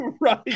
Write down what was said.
Right